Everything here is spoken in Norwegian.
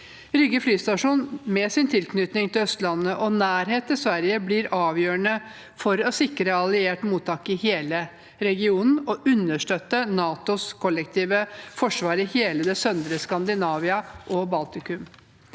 Rygge flystasjon – med sin tilknytning til Østlandet og nærhet til Sverige – blir avgjørende for å sikre alliert mottak i hele regionen og for å understøtte NATOs kollektive forsvar i hele det søndre Skandinavia og Baltikum.